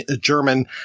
German